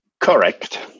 Correct